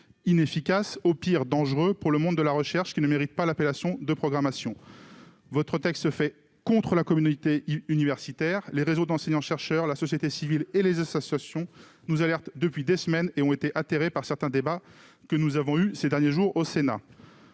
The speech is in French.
inefficace, au pire dangereux pour le monde de la recherche- un texte qui ne mérite pas l'appellation de programmation. Votre texte se fait contre la communauté universitaire : les réseaux d'enseignants-chercheurs, la société civile et les associations nous alertent depuis des semaines et ont été atterrés par certains de nos débats au Sénat.